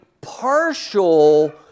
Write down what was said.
partial